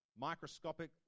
microscopic